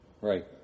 Right